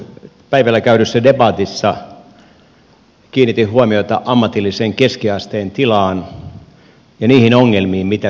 päivällä käydyssä debatissa kiinnitin huomiota ammatillisen keskiasteen tilaan ja niihin ongelmiin mitä siellä on